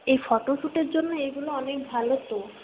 এই ফটোস্যুটের জন্য এগুলো অনেক ভালো তো